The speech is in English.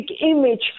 image